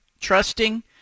trusting